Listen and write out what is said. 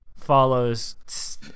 follows